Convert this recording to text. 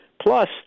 Plus